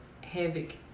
havoc